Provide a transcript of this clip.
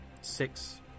six